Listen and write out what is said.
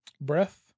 Breath